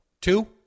Two